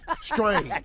Strange